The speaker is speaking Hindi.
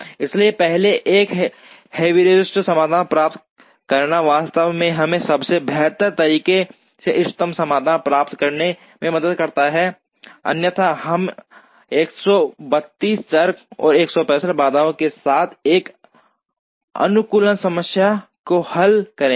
इसलिए पहले एक हेयुरिस्टिक समाधान प्राप्त करना वास्तव में हमें सबसे बेहतर तरीके से इष्टतम समाधान प्राप्त करने में मदद करता है अन्यथा हम 132 चर और 165 बाधाओं के साथ एक अनुकूलन समस्या को हल करेंगे